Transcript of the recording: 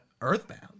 Earthbound